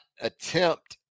attempt